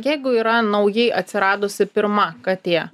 jeigu yra naujai atsiradusi pirma katė